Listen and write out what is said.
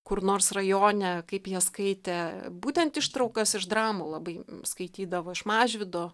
kur nors rajone kaip jie skaitė būtent ištraukas iš dramų labai skaitydavo iš mažvydo